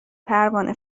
پروانه